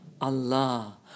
Allah